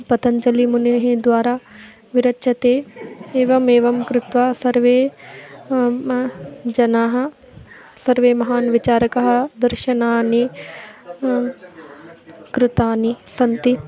पतञ्जलिमुनेः द्वारा विरच्यते एवम् एवं कृत्वा सर्वे जनाः सर्वे महान् विचारकाः दर्शनानि कृतानि सन्ति